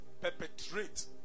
perpetrate